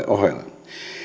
ohella